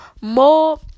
more